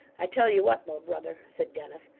i tell you what though, brother said dennis,